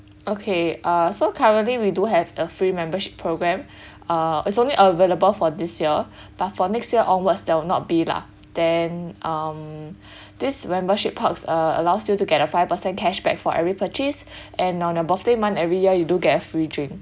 okay uh so currently we do have a free membership program uh it's only available for this year but for next year onwards there will not be lah then um this membership perks uh allows you to get a five percent cashback for every purchase and on your birthday month every year you do get free drink